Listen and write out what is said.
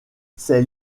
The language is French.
ces